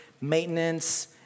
maintenance